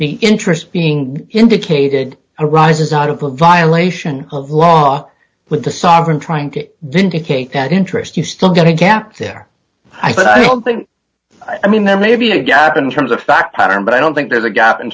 the interest being indicated arises out of a violation of law with the sovereign trying to vindicate that interest you still get a gap there i thought i don't think i mean there may be a gap in terms of that pattern but i don't think there's a gap in